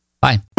Bye